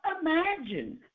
imagine